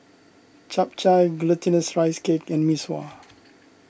Chap Chai Glutinous Rice Cake and Mee Sua